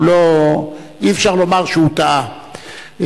אי-אפשר לומר שהוא טעה.